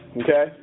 okay